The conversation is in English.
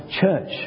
church